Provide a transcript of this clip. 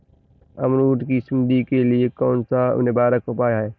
अमरूद की सुंडी के लिए कौन सा निवारक उपाय है?